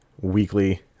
weekly